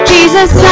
Jesus